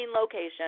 location